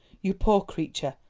you poor creature,